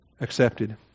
accepted